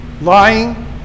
lying